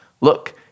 look